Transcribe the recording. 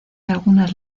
algunas